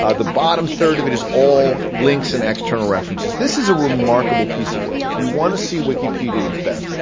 ah the bottom third of it is all links and external references. this is a remarkable piece of work. if you want to see wikipedia at its best,